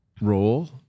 role